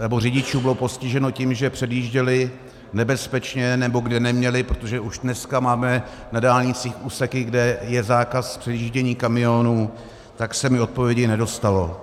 nebo řidičů bylo postiženo tím, že předjížděli nebezpečně, nebo kde neměli, protože už dneska máme na dálnicích úseky, kde je zákaz předjíždění kamionů, tak se mi odpovědi nedostalo.